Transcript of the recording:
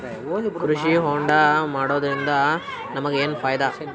ಕೃಷಿ ಹೋಂಡಾ ಮಾಡೋದ್ರಿಂದ ನಮಗ ಏನ್ ಫಾಯಿದಾ?